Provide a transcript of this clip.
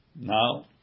now